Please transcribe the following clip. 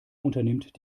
unternimmt